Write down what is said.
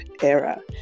era